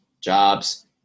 jobs